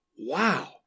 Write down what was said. wow